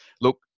look